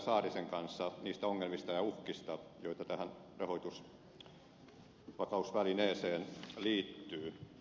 saarisen kanssa niistä ongelmista ja uhkista joita tähän rahoitusvakausvälineeseen liittyy